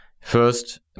first